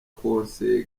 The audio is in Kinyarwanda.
konseye